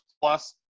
plus